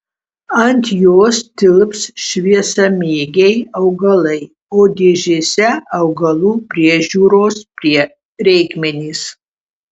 ant jos tilps šviesamėgiai augalai o dėžėse augalų priežiūros reikmenys